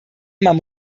man